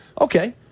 okay